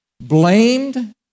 Blamed